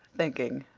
thinking,